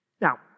Now